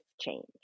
change